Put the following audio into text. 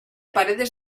paredes